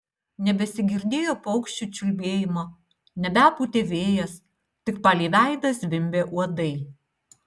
nebesigirdėjo paukščių čiulbėjimo nebepūtė vėjas tik palei veidą zvimbė uodai